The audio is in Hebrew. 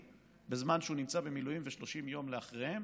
בזמן שהוא נמצא במילואים ו-30 יום אחריהם.